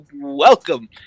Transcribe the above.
welcome